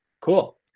Cool